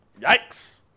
Yikes